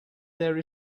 there